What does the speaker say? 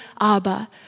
Abba